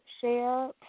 share